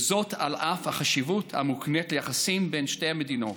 על אף החשיבות של היחסים בין שתי המדינות.